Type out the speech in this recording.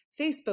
Facebook